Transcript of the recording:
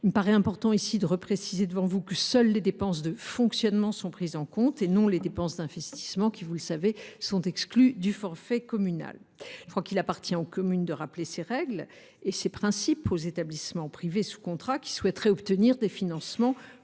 Il me paraît important de préciser que seules les dépenses de fonctionnement sont prises en compte et non les dépenses d’investissement, qui, vous le savez, sont exclues du forfait communal. Il appartient aux communes de rappeler ces règles et ces principes aux établissements privés sous contrat qui souhaiteraient obtenir des financements plus